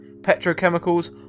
petrochemicals